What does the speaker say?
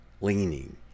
leaning